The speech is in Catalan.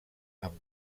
amb